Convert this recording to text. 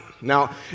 Now